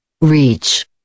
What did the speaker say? reach